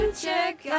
check